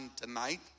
tonight